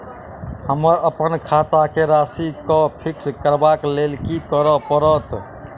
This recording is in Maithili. हमरा अप्पन खाता केँ राशि कऽ फिक्स करबाक लेल की करऽ पड़त?